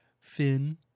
Finn